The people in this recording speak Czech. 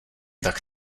tak